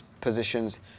positions